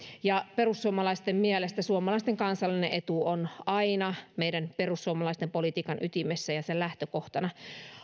perussuomalaisten mielestä suomalaisten kansallinen etu on aina meidän perussuomalaisten politiikan ytimessä ja sen lähtökohtana